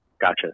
Gotcha